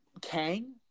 Kang